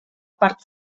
part